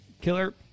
Killer